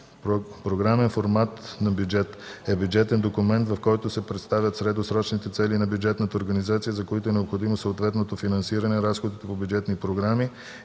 „Програмен формат на бюджет” е бюджетен документ, в който се представят средносрочните цели на бюджетната организация, за които е необходимо съответното финансиране, разходите по бюджетни програми,